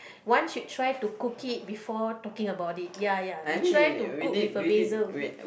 one should try to cook it before talking about it ya ya you try to cook with a basil